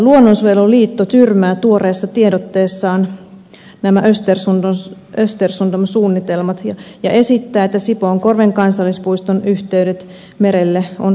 luonnonsuojeluliitto tyrmää tuoreessa tiedotteessaan nämä östersundom suunnitelmat ja esittää että sipoonkorven kansallispuiston yhteydet merelle on säilytettävä